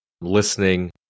listening